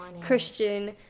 christian